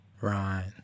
Right